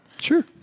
Sure